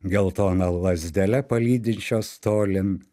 geltona lazdele palydinčios tolyn